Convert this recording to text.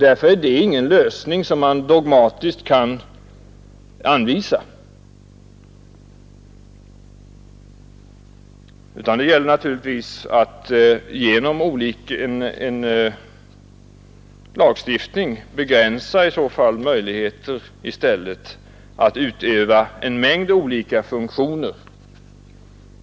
Därför är det ingen lösning som man dogmatiskt kan anvisa, utan det gäller i stället att genom lagstiftning begränsa möjligheten att utöva en mängd olika maktfunktioner.